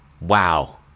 wow